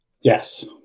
Yes